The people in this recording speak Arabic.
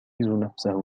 نفسه